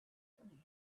coming